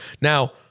Now